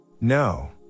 No